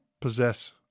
possess